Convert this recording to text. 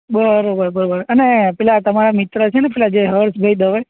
બરાબર બરાબર અને પેલા તમારા મિત્ર છે ને પેલા જે હર્ષભાઈ દવે